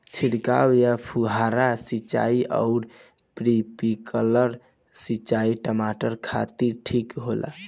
छिड़काव या फुहारा सिंचाई आउर स्प्रिंकलर सिंचाई टमाटर खातिर ठीक होला?